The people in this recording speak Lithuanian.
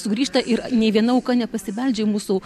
sugrįžta ir nė viena auka nepasibeldžia į mūsų